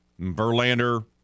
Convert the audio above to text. Verlander